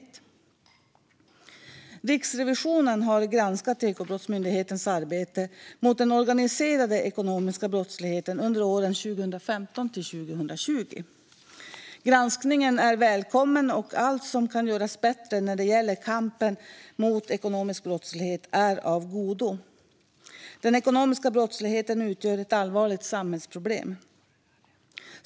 Riksrevisionens rapport om Ekobrotts-myndighetens arbete mot den organiserade ekonomiska brottslig-heten Riksrevisionen har granskat Ekobrottsmyndighetens arbete mot den organiserade ekonomiska brottsligheten under åren 2015-2020. Granskningen är välkommen, och allt som kan göras bättre när det gäller kampen mot ekonomisk brottslighet är av godo. Den ekonomiska brottsligheten utgör ett allvarligt samhällsproblem.